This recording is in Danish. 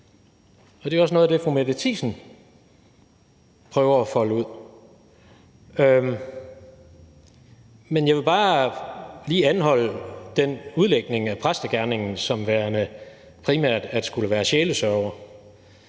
og det er også noget af det, fru Mette Thiesen prøver at folde ud. Men jeg vil bare lige anholde udlægningen af præstegerningen som værende primært at skulle være sjælesørger.